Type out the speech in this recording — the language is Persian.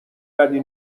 بدی